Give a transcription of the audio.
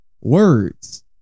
words